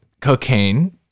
Cocaine